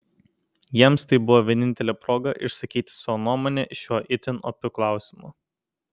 jiems tai buvo vienintelė proga išsakyti savo nuomonę šiuo itin opiu klausimu